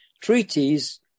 treaties